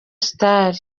star